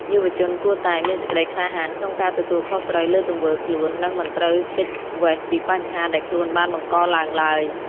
យុវជនគួរតែ "មានសេចក្ដីក្លាហានក្នុងការទទួលខុសត្រូវលើទង្វើខ្លួន" និងមិនត្រូវគេចវេសពីបញ្ហាដែលខ្លួនបានបង្កឡើងឡើយ។